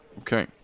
Okay